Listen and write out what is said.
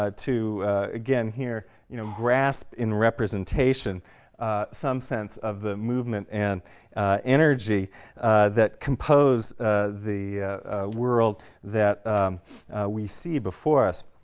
ah to again here you know grasp in representation some sense of the movement and energy that compose the world that we see before us.